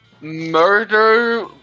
Murder